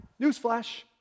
Newsflash